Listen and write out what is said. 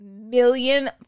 million